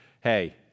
hey